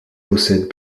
possède